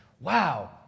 wow